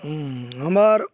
ହୁଁ ଆମର